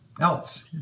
else